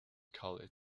called